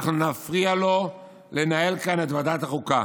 אנחנו נפריע לו לנהל כאן את ועדת החוקה.